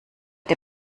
der